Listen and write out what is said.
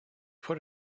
put